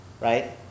right